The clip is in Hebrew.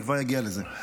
ואני כבר אגיע לזה.